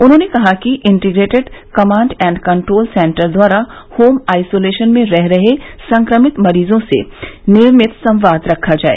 उन्होंने कहा कि integrated command and control centre द्वारा होम आइसोलेशन में रह रहे संक्रमित मरीजोंसे नियमित संवाद रखा जाय